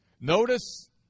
Notice